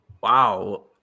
Wow